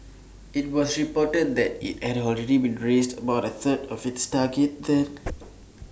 IT was reported that IT had already be raised about A third of its target then